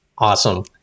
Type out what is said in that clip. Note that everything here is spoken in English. Awesome